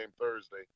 Thursday